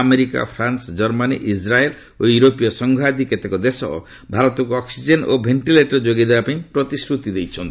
America France Germany Israel ଓ ୟୁରୋପୀୟ ସଂଘ ଆଦି କେତେକ ଦେଶ ଭାରତକୁ ଅକ୍ସିଜେନ ଓ ଭେଷ୍ଟିଲେଟର ଯୋଗାଇଦେବା ପାଇଁ ପ୍ରତିଶ୍ରତି ଦେଇଛନ୍ତି